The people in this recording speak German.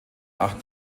acht